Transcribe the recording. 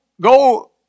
go